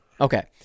Okay